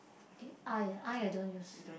eh eye ah eye I don't use